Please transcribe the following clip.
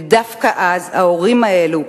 ודווקא אז ההורים האלה,